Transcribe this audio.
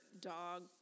dog